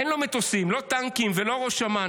אין לו מטוסים, לא טנקים ולא ראש אמ"ן.